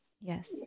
Yes